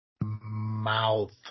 Mouth